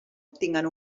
obtinguen